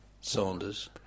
Saunders